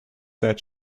that